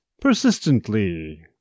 persistently